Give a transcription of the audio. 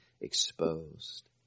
exposed